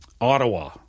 Ottawa